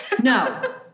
no